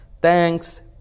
thanks